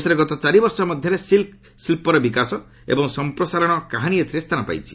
ଦେଶରେ ଗତ ଚାରିବର୍ଷ ମଧ୍ୟରେ ସିଲ୍କ ଶିଳ୍ପର ବିକାଶ ଏବଂ ସଂପ୍ରସାରଣର କାହାଣୀ ଏଥିରେ ସ୍ଥାନ ପାଇଛି